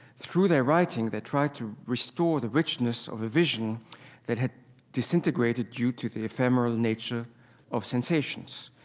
through their writing, they tried to restore the richness of a vision that had disintegrated due to the ephemeral nature of sensations.